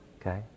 Okay